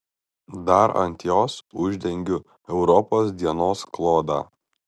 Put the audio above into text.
dar ant jos uždengiu europos dienos klodą